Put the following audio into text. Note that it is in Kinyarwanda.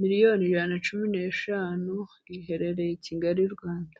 miliyoni ijana na cumi n'eshanu, iherereye i Kigali mu Rwanda.